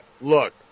Look